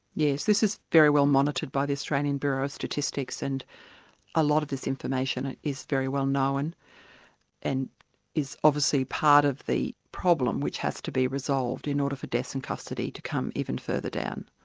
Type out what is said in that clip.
yes, this is very well monitored by the australian bureau of statistics and a lot of this information and is very well known and is obviously part of the problem which has to be resolved in order for deaths in custody to come even further down.